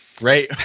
right